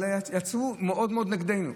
אבל יצאו מאוד מאוד נגדנו,